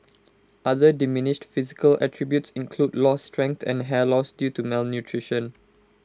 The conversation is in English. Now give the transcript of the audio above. other diminished physical attributes include lost strength and hair loss due to malnutrition